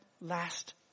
last